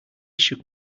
shook